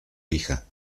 hija